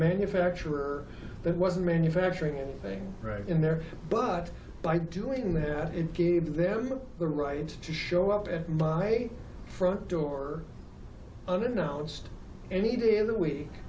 manufacturer that wasn't manufacturing anything right in there but by doing that it gave them the right to show up at my front door unannounced any day